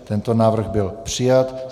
Tento návrh byl přijat.